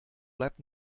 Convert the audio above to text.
bleibt